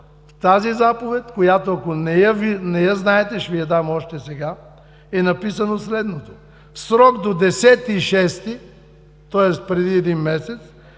тази заповед, която, ако не я знаете, ще Ви я дам още сега, е написано следното: „В срок до 10 юни” – тоест преди един месец